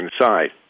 inside